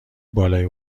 بالای